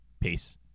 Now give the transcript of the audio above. Peace